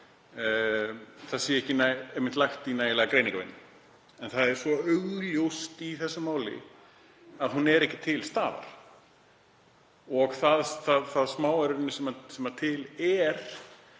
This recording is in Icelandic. að ekki sé lagt í nægilega greiningarvinnu. En það er svo augljóst í þessu máli að hún er ekki til staðar og það litla sem til er